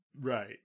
Right